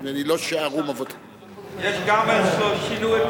נדמה לי ש"לא שְׁערום".